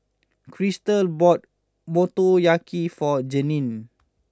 Cristal bought Motoyaki for Jeannie